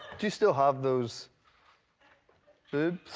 do you still have those good.